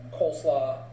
coleslaw